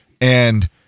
and-